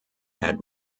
had